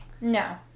No